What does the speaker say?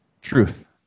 Truth